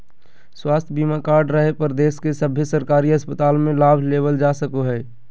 स्वास्थ्य बीमा कार्ड रहे पर देश के सभे सरकारी अस्पताल मे लाभ लेबल जा सको हय